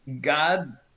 God